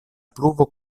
pluvo